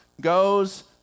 goes